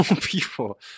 people